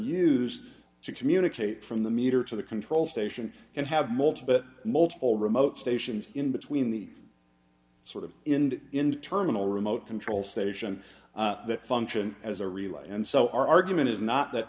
used to communicate from the meter to the control station and have multiple multiple remote stations in between the sort of ind internal remote control station that function as a relay and so our argument is not that